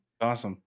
Awesome